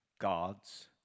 God's